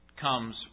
comes